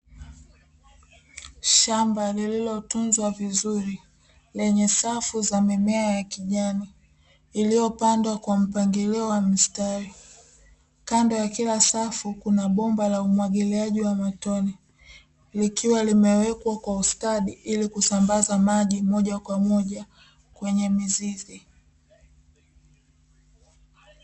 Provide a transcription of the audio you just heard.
Shamba lililotunzwa vizuri lenye safu za mimea ya kijani iliyopandwa kwa mpangilio wa mistari. Kando ya kila safu kuna bomba la umwagiliaji wa matone, likiwa kimewekwa kwa ustadi ili kusambaza maji moja kwa moja kwenye mizizi.